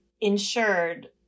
insured